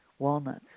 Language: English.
Walnuts